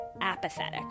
apathetic